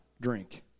drink